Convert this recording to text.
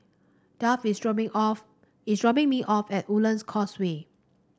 Duff is dropping off is dropping me off at Woodlands Causeway